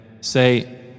Say